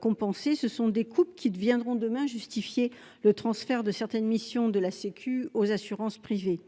compensées. Ces coûts viendront demain justifier le transfert de certaines missions de la sécu aux assurances privées.